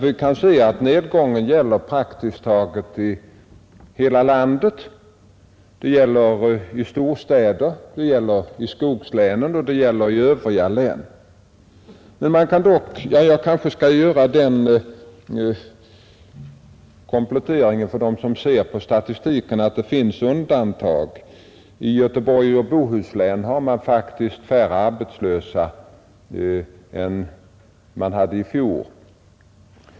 Vi kan se att denna nedgång praktiskt taget gäller för hela landet; den gäller storstäder, skogslän och övriga län. För dem som ser på statistiken kanske jag bör göra den kompletteringen att det finns undantag. I Göteborgs och Bohus län har man faktiskt färre arbetslösa i mars än i februari.